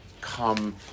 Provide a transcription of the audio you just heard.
come